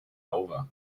over